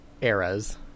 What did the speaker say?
eras